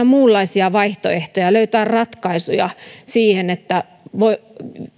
muunlaisia vaihtoehtoja löytää ratkaisuja siihen että